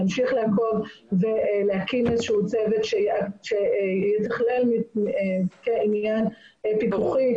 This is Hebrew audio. להמשיך לעקוב ולהקים צוות שיתכלל --- פיקוחי